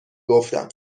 گفتم